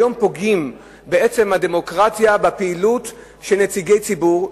היום פוגעים בעצם הדמוקרטיה בפעילות של נציגי ציבור,